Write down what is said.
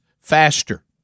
faster